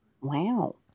wow